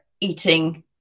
eating